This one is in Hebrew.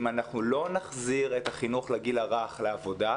אם אנחנו לא נחזיר את החינוך לגיל הרך לעבודה,